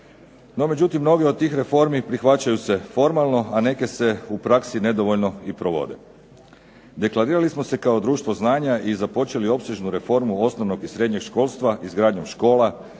No međutim, mnoge od tih reformi prihvaćaju se formalno, a neke se u praksi nedovoljno i provode. Deklarirali smo se kao društvo i znanja i započeli opsežnu reformu osnovnog i srednjeg školstva, izgradnjom škola,